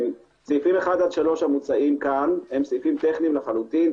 סעיפים 1 עד 3 המוצעים כאן הם טכניים לחלוטין.